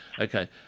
Okay